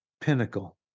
pinnacle